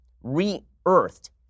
re-earthed